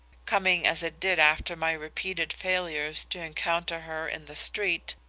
coming as it did after my repeated failures to encounter her in the street,